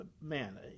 man